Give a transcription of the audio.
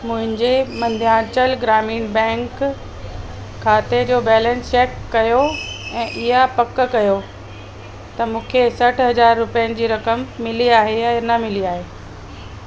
मुंहिंजे मध्यांचल ग्रामीण बैंक खाते जो बैलेंस चैक कयो ऐं इहा पक कयो त मूंखे सठि हज़ार रुपियनि जी रक़म मिली आहे या न मिली आहे